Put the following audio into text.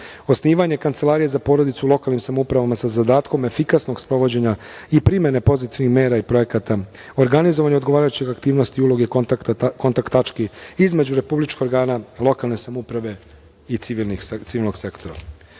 Osnivanje Kancelarije za porodicu u lokalnim samoupravama sa zadatkom efikasnog sprovođenja i primene pozitivnih mera i projekata, organizovanje odgovarajućih aktivnosti, uloge, kontakt tački između republičkog organa, lokalne samouprave i civilnog sektora.U